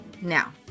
Now